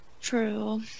True